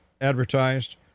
advertised